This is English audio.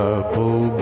Apple